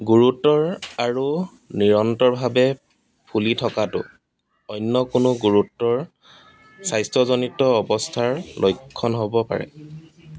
গুৰুতৰ আৰু নিৰন্তৰভাৱে ফুলি থকাটো অন্য কোনো গুৰুতৰ স্বাস্থ্যজনিত অৱস্থাৰ লক্ষণ হ'ব পাৰে